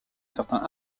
certain